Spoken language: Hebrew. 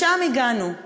לשם הגענו.